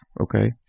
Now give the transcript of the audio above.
okay